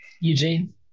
eugene